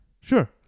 sure